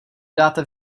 dáte